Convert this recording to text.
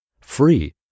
free